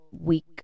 week